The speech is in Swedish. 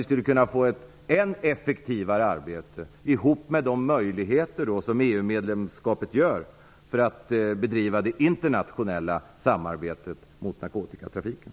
Vi skulle då kunna få ett effektivare arbete som, tillsammans med de möjligheter som EU medlemskapet innebär, ger bättre förutsättningar att bedriva det internationella samarbetet mot narkotikatrafiken.